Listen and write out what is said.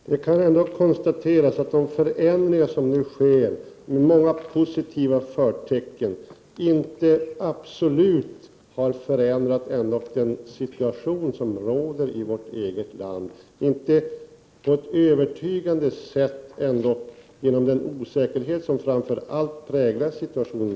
Fru talman! Det kan ändock konstateras att de förändringar som nu sker, med många positiva förtecken, inte absolut har förändrat den situation som råder i vårt eget land på ett övertygande sätt, genom den osäkerhet som framför allt präglar situationen.